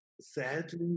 sadly